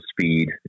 speed